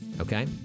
Okay